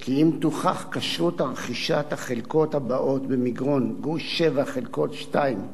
כי אם תוכח כשרות רכישת החלקות הבאות במגרון: גוש 7 חלקה 2,